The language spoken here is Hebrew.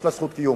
יש לה זכות קיום.